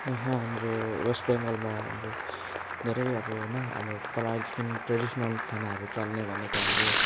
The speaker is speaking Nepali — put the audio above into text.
यहाँ हाम्रो वेस्ट बङ्गालमा हाम्रो धेरै अब होइन हाम्रो पहिलैदिखि ट्रेडिसनल खानाहरू चल्ने भनेको हाम्रो